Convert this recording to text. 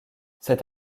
c’est